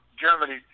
Germany